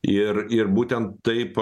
ir ir būtent taip